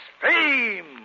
fame